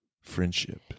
friendship